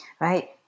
Right